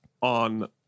on